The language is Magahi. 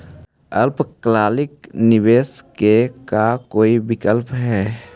अल्पकालिक निवेश के का कोई विकल्प है?